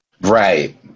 Right